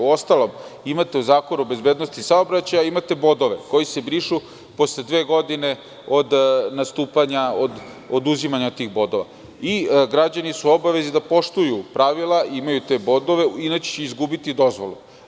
Uostalom, u Zakonu o bezbednosti saobraćaja imate bodove koji se brišu posle dve godine od nastupanja, od oduzimanja tih bodova, i građani su obavezni da poštuju pravila, imaju te bodove, inače će izgubiti dozvolu.